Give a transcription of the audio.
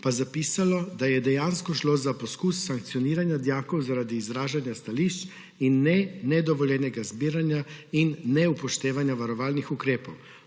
pa zapisalo, da je dejansko šlo za poskus sankcioniranja dijakov zaradi izražanja stališč in ne nedovoljenega zbiranja in neupoštevanja varovalnih ukrepov.